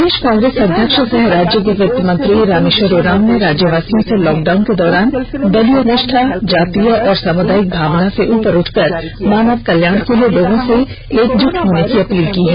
प्रदेष कांग्रेस अध्यक्ष सह राज्य के वित्त मंत्री रामेष्वर उरांव ने राज्यवासियों से लॉकडाउन के दौरान दलीय निष्ठा जातीय और सामुदायिक भावना से उपर उठकर मानव कल्याण के लिए लोगों से एकजुट होने की अपील की है